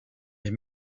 les